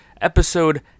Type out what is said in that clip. episode